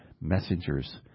messengers